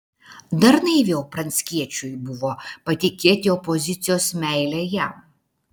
dar naiviau pranckiečiui buvo patikėti opozicijos meile jam